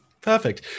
Perfect